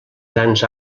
grans